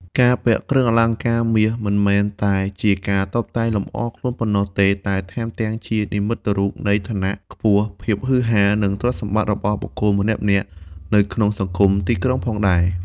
ការពាក់គ្រឿងអលង្ការមាសមិនត្រឹមតែជាការតុបតែងលម្អខ្លួនប៉ុណ្ណោះទេ តែថែមទាំងជានិមិត្តរូបនៃឋានៈខ្ពស់ ភាពហ៊ឺហា និងទ្រព្យសម្បត្តិរបស់បុគ្គលម្នាក់ៗនៅក្នុងសង្គមទីក្រុងផងដែរ។